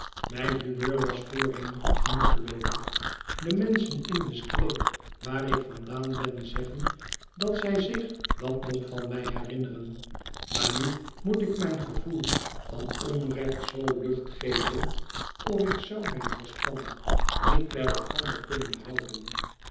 mijn humeur was voorheen goed genoeg geloof ik de menschen in destreek waar ik vandaan ben zeggen dat zij zich dat nog van mij herinneren maar nu moet ik mijn gevoel van onrecht zoo lucht geven of ik zou mijn verstand niet bij elkander kunnen houden